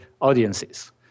audiences